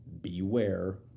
beware